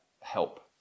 help